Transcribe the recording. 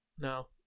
No